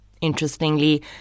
Interestingly